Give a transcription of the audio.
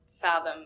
fathom